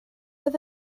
oedd